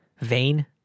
Vain